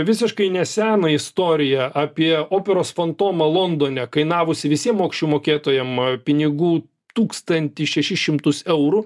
visiškai neseną istoriją apie operos fantomą londone kainavusį visiem mokesčių mokėtojam a pinigų tūkstantį šešis šimtus eurų